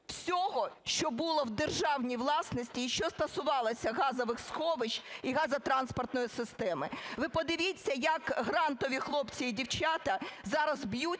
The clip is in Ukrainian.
Ви подивіться, як грантові хлопці і дівчата зараз б'ються